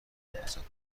بیندازند